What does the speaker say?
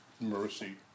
mercy